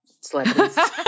celebrities